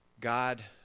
God